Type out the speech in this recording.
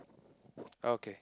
okay